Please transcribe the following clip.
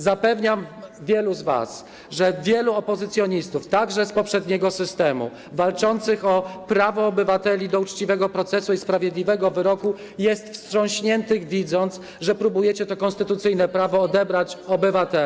Zapewniam wielu z was, że wielu opozycjonistów także z poprzedniego systemu, walczących o prawo obywateli do uczciwego procesu i sprawiedliwego wyroku, jest wstrząśniętych, widząc, że próbujecie to konstytucyjne prawo odebrać obywatelom.